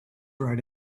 right